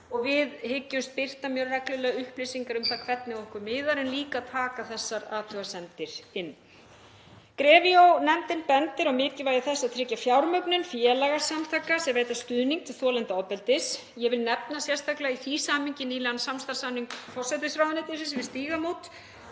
og við hyggjumst birta mjög reglulega upplýsingar um það hvernig okkur miðar en líka að taka þessar athugasemdir inn. GREVIO-nefndin bendir á mikilvægi þess að tryggja fjármögnun félagasamtaka sem veita stuðning til þolenda ofbeldis. Ég vil nefna sérstaklega í því samhengi nýlegan samstarfssamning forsætisráðuneytisins við Stígamót